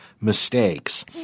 mistakes